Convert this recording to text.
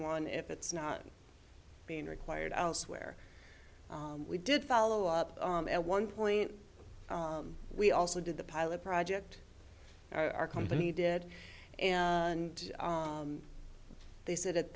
one if it's not being required elsewhere we did follow up at one point we also did the pilot project our company did and they said at